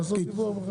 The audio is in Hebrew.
הכנסנו את זה פה בכלל?